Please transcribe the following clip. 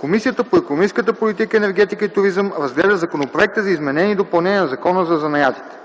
Комисията по икономическата политика, енергетика и туризъм разгледа Законопроекта за изменение и допълнение на Закона за занаятите.